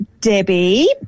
Debbie